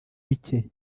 bike